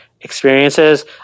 experiences